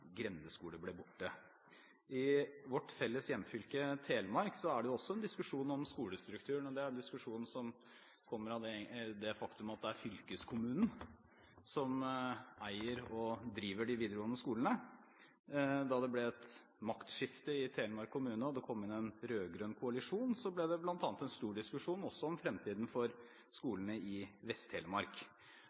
ble borte. I vårt felles hjemfylke, Telemark, er det en diskusjon om skolestrukturen. Det er en diskusjon som kommer av det faktum at det er fylkeskommunen som eier og driver de videregående skolene. Da det ble et maktskifte i Telemark fylkeskommune og det kom inn en rød-grønn koalisjon, ble det bl.a. en stor diskusjon om fremtiden for skolene i